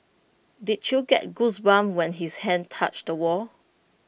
did you get goosebumps when his hand touched the wall